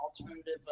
alternative